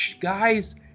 guys